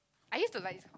I use to like